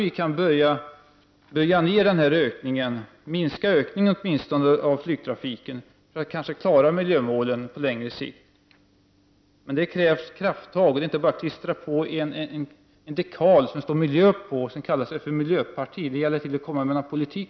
Då kan vi kanske åtminstone minska ökningen av flygtrafiken för att kanske klara miljömålen på längre sikt, men det krävs krafttag. Det gäller att man inte bara klistrar på en dekal där det står miljö och sedan kallar sig för miljöparti. Det gäller att även ha en miljöpolitik.